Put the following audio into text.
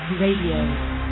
Radio